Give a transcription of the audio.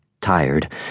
Tired